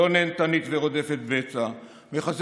בדבר פיצול הצעת